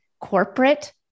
corporate